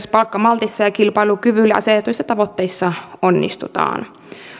palkkamaltissa ja kilpailukyvylle asetetuissa tavoitteissa onnistutaan